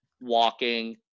walking